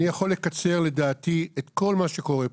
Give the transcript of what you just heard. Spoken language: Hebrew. אני יכול לקצר, לדעתי, את כל מה שקורה פה.